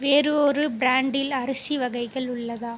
வேறொரு பிராண்டில் அரிசி வகைகள் உள்ளதா